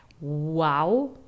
wow